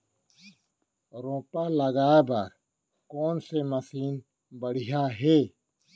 रोपा लगाए बर कोन से मशीन बढ़िया हे?